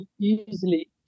easily